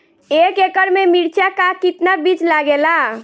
एक एकड़ में मिर्चा का कितना बीज लागेला?